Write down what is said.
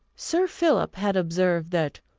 sir philip had observed, that,